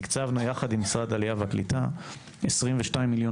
תקצבנו יחד עם משרד העלייה והקליטה 22 מיליון